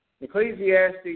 Ecclesiastes